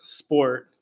sport